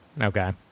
Okay